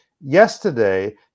yesterday